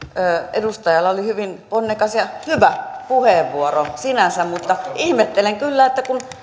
edustajalla oli hyvin ponnekas ja hyvä puheenvuoro sinänsä mutta ihmettelen kyllä että kun